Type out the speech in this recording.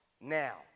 now